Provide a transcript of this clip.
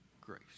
grace